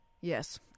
Yes